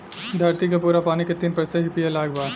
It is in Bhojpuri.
धरती के पूरा पानी के तीन प्रतिशत ही पिए लायक बा